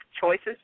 choices